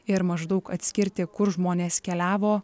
ir maždaug atskirti kur žmonės keliavo